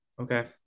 Okay